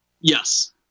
Yes